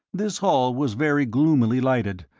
this hall was very gloomily lighted,